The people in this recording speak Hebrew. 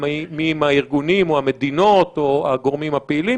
מי הם הארגונים או המדינות או הגורמים הפעילים,